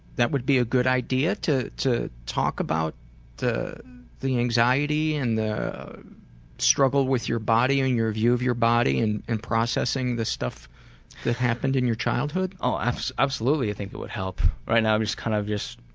that would be a good idea to to talk about the the anxiety and the struggle with your body and your view of your body and and processing the stuff that happened in your childhood? oh absolutely, i think it would help. right now i'm just kind of, just